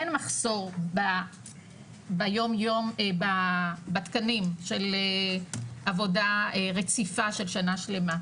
אין מחסור ביום יום בתקנים של עבודה רציפה של שנה שלמה,